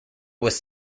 was